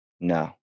No